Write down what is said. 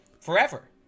forever